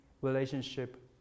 relationship